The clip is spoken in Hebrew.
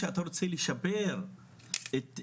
עוד לפני שפרצה המחאה החברתית,